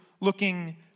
looking